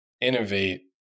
innovate